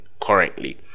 currently